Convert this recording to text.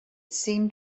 seemed